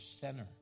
center